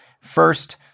First